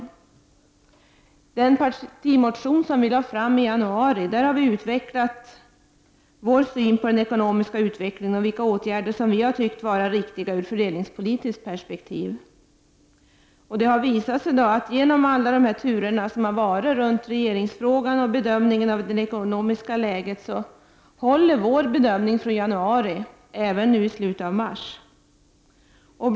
I den partimotion som vi lade fram i januari har vi utvecklat vår syn på den ekonomiska utvecklingen och vilka åtgärder vi tycker är riktiga ur fördelningspolitiskt perspektiv. Det har visat sig att vår bedömning från januari håller även nu i slutet av mars, genom alla de turer som har varit när det gäller regeringsfrågan och det ekonomiska läget.